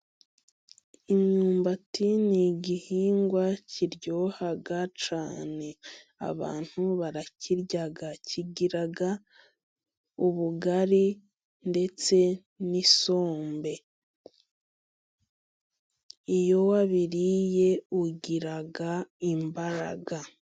Imyumbati ni igihingwa kiryoha cyane. Abantu barakirya kigiraga ubugari ndetse n'isumbe iyobiri ugiraga imbaraga.